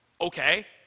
Okay